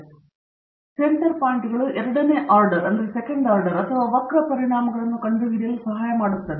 ಆದ್ದರಿಂದ ಸೆಂಟರ್ ಪಾಯಿಂಟ್ಗಳು ಎರಡನೇ ಆರ್ಡರ್ ಅಥವಾ ವಕ್ರ ಪರಿಣಾಮಗಳನ್ನು ಕಂಡುಹಿಡಿಯಲು ಸಹಾಯ ಮಾಡುತ್ತದೆ